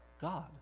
God